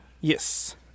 Yes